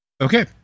Okay